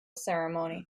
ceremony